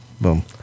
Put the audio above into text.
Boom